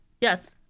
Yes